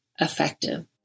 effective